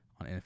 on